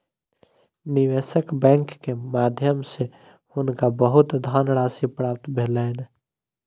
निवेशक बैंक के माध्यम सॅ हुनका बहुत धनराशि प्राप्त भेलैन